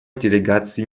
делегации